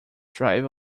drive